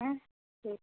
हूँ ठीक